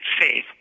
faith